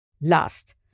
Last